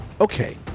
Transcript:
Okay